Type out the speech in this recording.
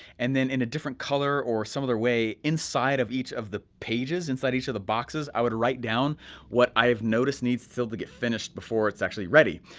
and then in a different color, or some other way, inside of each of the pages, inside each of the boxes, i would write down what i've noticed needs to still get finished before it's actually ready.